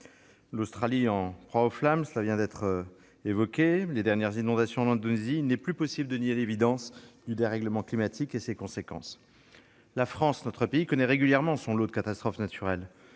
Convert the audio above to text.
L'Australie en proie aux flammes, les dernières inondations en Indonésie : il n'est plus possible de nier l'évidence du dérèglement climatique et de ses conséquences. La France, notre pays, connaît régulièrement son lot de catastrophes naturelles.